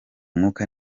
mwaka